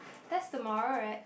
that's tomorrow right